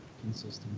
consistent